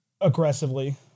aggressively